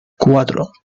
cuatro